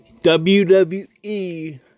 WWE